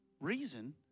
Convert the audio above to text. reason